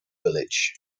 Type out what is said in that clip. village